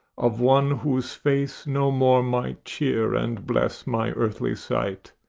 of one whose face no more might cheer and bless my earthly sight.